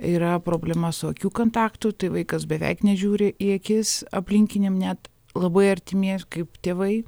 yra problema su akių kontaktu tai vaikas beveik nežiūri į akis aplinkiniam net labai artimie kaip tėvai